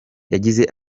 yagize